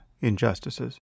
injustices